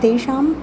तेषाम्